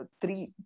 three